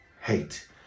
hate